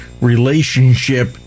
relationship